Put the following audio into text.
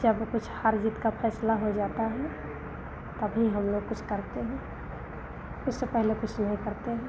जब कुछ हार जीत का फ़ैसला हो जाता है तभी हमलोग कुछ करते हैं उससे पहले कुछ नहीं करते हैं